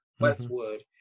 Westwood